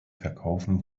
verkaufen